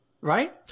right